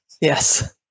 Yes